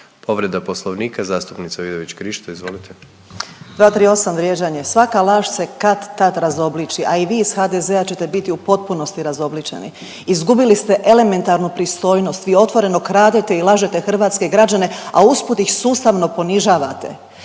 Povreda poslovnika zastupnica Vidović Krišto, izvolite. **Vidović Krišto, Karolina (OIP)** 238. vrijeđanje, svaka laže se kad-tad razobliči, a i vi iz HDZ-a ćete biti u potpunosti razobličeni. Izgubili ste elementarnu pristojnost, vi otvoreno kradete i lažete hrvatske građane, a usput ih sustavno ponižavate.